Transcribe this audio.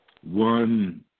one